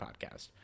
podcast